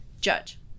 Judge